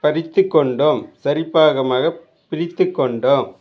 பிரித்துக் கொண்டோம் சரிப்பாகமாக பிரித்துக் கொண்டோம்